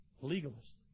Legalist